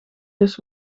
dus